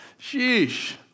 Sheesh